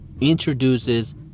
introduces